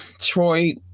Troy